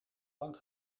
lang